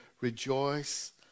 rejoice